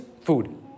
food